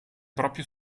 proprio